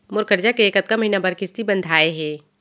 मोर करजा के कतका महीना बर किस्ती बंधाये हे?